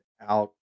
out